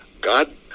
God